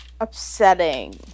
upsetting